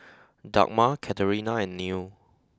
Dagmar Katerina and Neal